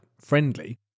friendly